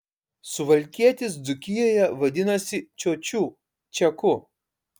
suvalkietis dzūkijoje vadinasi čiočiu čiaku